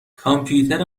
کامپیوتر